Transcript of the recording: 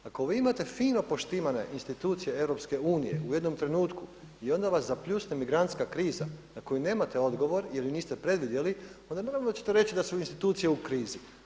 Ako vi imate fino poštivane institucije EU u jednom trenutku i onda vas zapljusne migrantska kriza na koju nemate odgovor jer ju niste preduvjet onda naravno da ćete reći da su institucije u krizi.